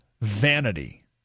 vanity